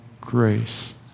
grace